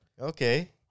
okay